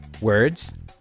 words